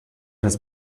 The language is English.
his